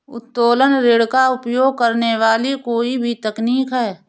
उत्तोलन ऋण का उपयोग करने वाली कोई भी तकनीक है